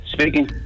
Speaking